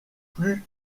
plus